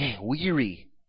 Weary